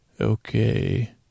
Okay